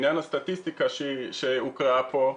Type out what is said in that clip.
בעניין הסטטיסטיקה שהוקראה פה,